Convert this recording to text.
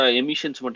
emissions